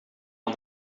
aan